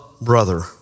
brother